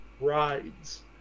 rides